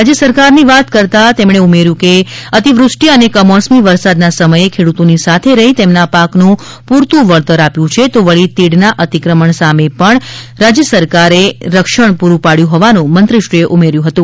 રાજય સરકારની વાત કરતા જણાવ્યું કે અતિવૃષ્ટી અને કમોસમી વરસાદના સમયે ખેડૂતોની સાથે રહી તેમના પાકનું પુરતુ વળતર આપ્યું છે તો વળી તીડના અતિક્રમણ સામે પણ રક્ષણ રાજ્ય સરકારે પુરૂ પાડ્યુ હોવાનું મંત્રીશ્રીએ ઉમેર્થુ હતું